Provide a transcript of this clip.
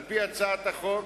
על-פי הצעת החוק,